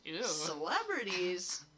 celebrities